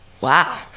Wow